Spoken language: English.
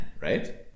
right